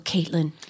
Caitlin